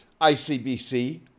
ICBC